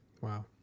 Wow